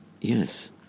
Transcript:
Yes